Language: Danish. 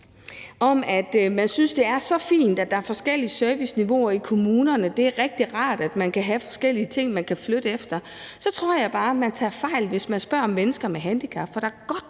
at man synes, det er så fint, at der er forskellige serviceniveauer i kommunerne, og at det er rigtig rart, at man kan have forskellige ting, man kan flytte efter, så tror jeg bare, man tager fejl – i hvert fald hvis man spørger mennesker med handicap.